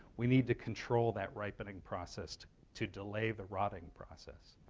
we need to control that ripening process to delay the rotting process,